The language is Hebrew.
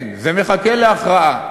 כן, זה מחכה להכרעה.